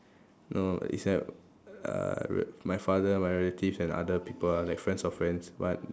no it's like uh my father my relatives and other people are like friends of friends but